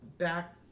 back